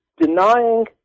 denying